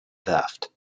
theft